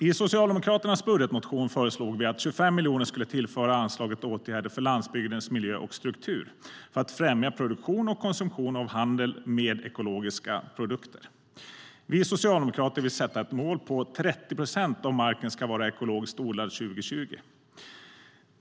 I Socialdemokraternas budgetmotion föreslog vi att 25 miljoner skulle tillföras anslaget åtgärder för landsbygdens miljö och struktur för att främja produktion och konsumtion av och handel med ekologiska produkter. Vi socialdemokrater vill sätta som mål att 30 procent av marken ska vara ekologiskt odlad 2020.